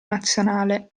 nazionale